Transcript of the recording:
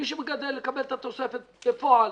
מי שמגדל יקבל את התוספת בפועל,